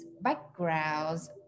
backgrounds